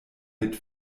mit